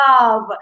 love